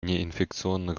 неинфекционных